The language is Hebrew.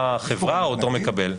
חברה או אותו מקבל.